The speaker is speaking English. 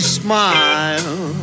smile